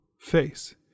face